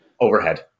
overhead